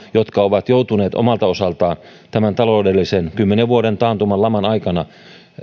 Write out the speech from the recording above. jotka ovat joutuneet omalta osaltaan tämän kymmenen vuoden taloudellisen taantuman laman aikana